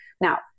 now